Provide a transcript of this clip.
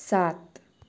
सात